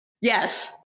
Yes